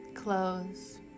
close